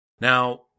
Now